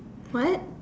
what